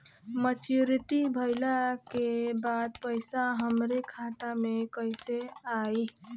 Maturity भईला के बाद पईसा हमरे खाता में कइसे आई?